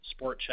SportCheck